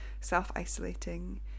self-isolating